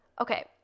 Okay